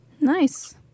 Nice